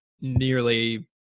nearly